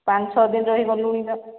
ପାଞ୍ଚ ଛଅ ଦିନ ରହିଗଲୁଣୁ ବା